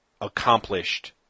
accomplished